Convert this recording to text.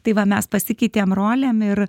tai va mes pasikeitėm rolėm ir